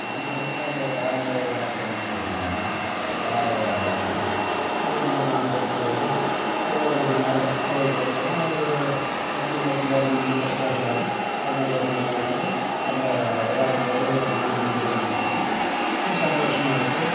எங்கள் ஊரில் பாரம்பரிய விளையாட்டு என்னென்று கேட்டிங்கன்னால் தாயம் விளையாடுவாங்க பெரியவங்கள் ஒரு நாலு பேர் சேர்ந்து ஒரு ஒரு மணி நேரம் பொழுதுபோக்குனா அது ஒரு என்ன நம்மக்குள்ள என்ன மனக்கஷ்டம் இருந்தாலும் அந்த ஒரு மணி நேரத்தில் அந்த விளையாடும்போது ஒரு மன நிம்மதியும் கிடைக்கிது ஒரு சந்தோஷமும் இருக்குது